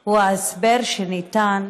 היא ההסבר שניתן,